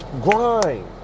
grind